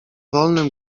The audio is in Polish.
wolnym